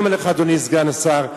אני אומר לך, אדוני סגן השר,